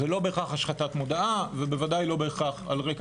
זה לא בהכרח השחתת מודעה ובוודאי לא בהכרח על רקע